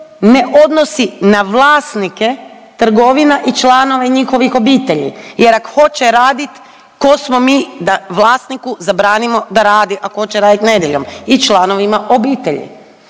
ne odnosi na vlasnike trgovina i članove njihovih obitelji, jer ako hoće raditi tko smo mi da vlasniku zabranimo da radi ako hoće raditi nedjeljom i članovima obitelji.